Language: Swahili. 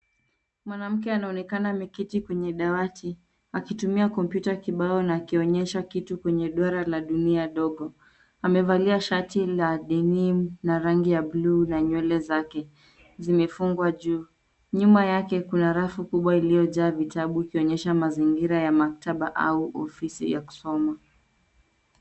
Mwanamke anaonekana ameketi kwenye dawati akitumia kompyuta kibao na akionyesha kitu kwenye duara la dunia dogo. Amevalia shati la denim la rangi ya blue na nywele zake zimefungwa juu. Nyuma yake kuna rafu kubwa iliyojaa vitabu ikionyesha mazingira ya maktaba au ofisi ya kusoma.